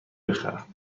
بخرم